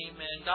Amen